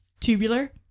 Tubular